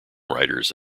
writers